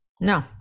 No